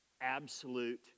absolute